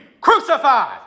crucified